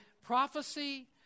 prophecy